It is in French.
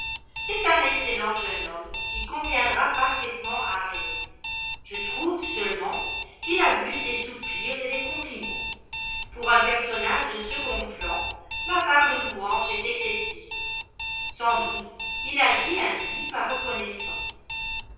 c'est un excellent jeune homme qui conviendra parfaitement à harriet je trouve seulement qu'il abuse des soupirs et des compliments pour un personnage de second plan ma part de louanges est excessive sans doute il agit ainsi par reconnaissance